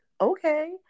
okay